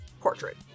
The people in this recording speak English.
portrait